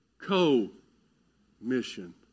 Co-mission